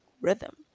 rhythm